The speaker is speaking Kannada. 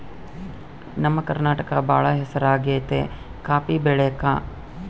ನಮ್ಮ ಕರ್ನಾಟಕ ಬಾಳ ಹೆಸರಾಗೆತೆ ಕಾಪಿ ಬೆಳೆಕ